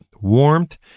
warmth